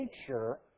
nature